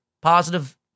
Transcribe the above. positive